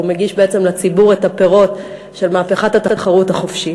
והוא מגיש בעצם לציבור את הפירות של מהפכת התחרות החופשית.